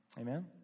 Amen